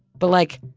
but like,